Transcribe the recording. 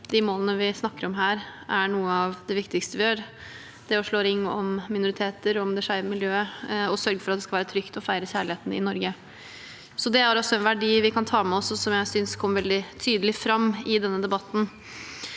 målene vi snakker om her, er noe av det viktigste vi gjør – det å slå ring om minoriteter og om det skeive miljøet og sørge for at det skal være trygt å feire kjærligheten i Norge. Det har også en verdi vi kan ta med oss, og som jeg synes kom veldig tydelig fram i denne debatten.